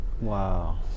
Wow